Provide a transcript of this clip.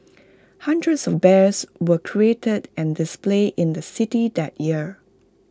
hundreds of bears were created and displayed in the city that year